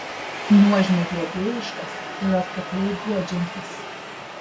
nuožmiai globėjiškas ir atkakliai guodžiantis